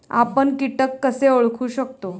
आपण कीटक कसे ओळखू शकतो?